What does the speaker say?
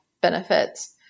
benefits